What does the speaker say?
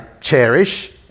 cherish